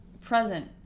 present